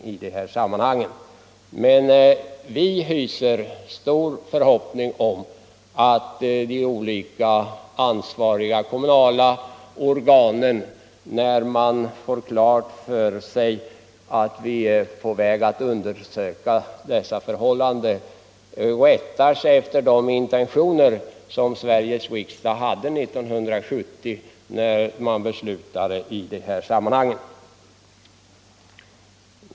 Jag hyser dock stor förhoppning om att de olika kommunala organen, när de får klart för sig att en undersökning är på väg, rättar sig efter de intentioner som riksdagen hade 1970, när vi beslutade i de här sammanhangen.